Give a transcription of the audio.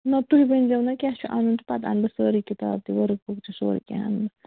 نہ تُہۍ ؤنۍ زیٚو نا کیٛاہ چھُ اَنُن تہٕ پتہٕ اَنہٕ بہٕ سٲرٕے کِتاب تہِ وٕرٕک بُک تہِ سورُے کیٚنہہ اَنہٕ بہٕ